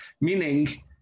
meaning